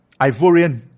Ivorian